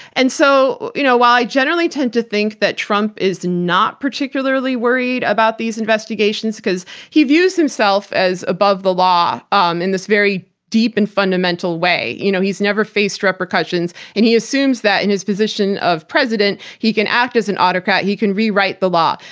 and so you know well, i generally tend to think that trump is not particularly worried about these investigations because he views himself as above the law um in this very deep and fundamental way. you know he's never faced repercussions, and he assumes that in his position of president he can act as an autocrat, he can rewrite the law,